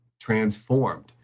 transformed